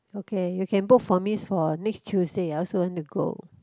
okay you can book for me for next Tuesday I also want to go